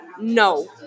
no